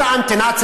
איך אומרים,